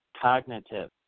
cognitive